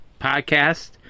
podcast